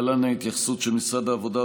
להלן ההתייחסות של משרד העבודה,